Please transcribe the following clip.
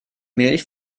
milch